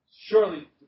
surely